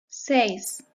seis